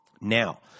Now